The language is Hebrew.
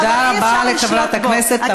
תודה רבה לחברת הכנסת תמר זנדברג.